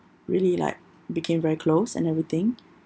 really like became very close and everything